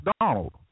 Donald